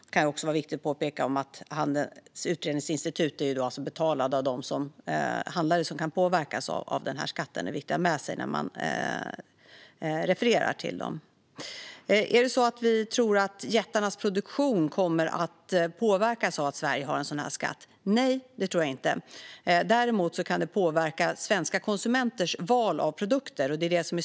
Det kan också vara viktigt att påpeka att Handelns utredningsinstitut är betalat av de handlare som kan påverkas av skatten. Det är viktigt att ha med sig när man refererar till det. Tror vi att jättarnas produktion kommer att påverkas av att Sverige har en sådan skatt? Nej, det tror jag inte. Däremot kan den påverka svenska konsumenters val av produkter.